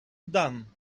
done